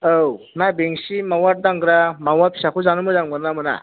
औ ना बेंसि मावआ दांग्रा मावआ फिसाखौ जानो मोजां मोनोना मोना